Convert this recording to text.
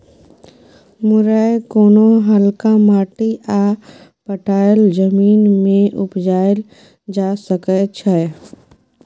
मुरय कोनो हल्का माटि आ पटाएल जमीन मे उपजाएल जा सकै छै